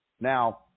Now